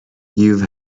you’ve